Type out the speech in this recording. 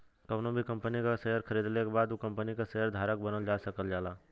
कउनो भी कंपनी क शेयर खरीदले के बाद उ कम्पनी क शेयर धारक बनल जा सकल जाला